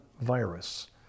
virus